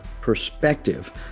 perspective